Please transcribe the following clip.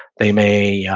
they may yeah